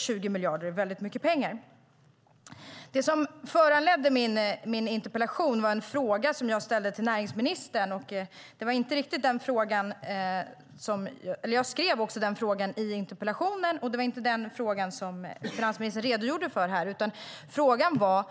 20 miljarder är väldigt mycket pengar. Det som föranledde min interpellation var en fråga som jag ställde till näringsministern. Jag skrev den också i interpellationen, men det var inte den frågan som finansministern svarade på här. Frågan var